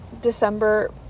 December